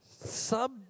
sub